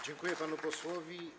Dziękuję panu posłowi.